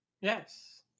Yes